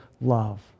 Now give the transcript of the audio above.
love